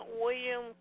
William